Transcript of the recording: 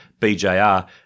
BJR